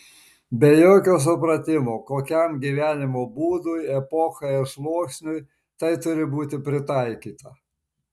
be jokio supratimo kokiam gyvenimo būdui epochai ar sluoksniui tai turi būti pritaikyta